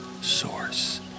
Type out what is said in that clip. source